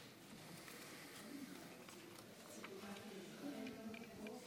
תודה, אדוני היושב-ראש.